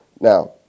Now